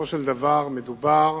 בסופו של דבר מדובר